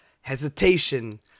hesitation